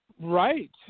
Right